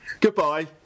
goodbye